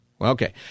Okay